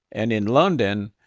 and in london,